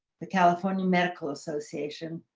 the california medical association,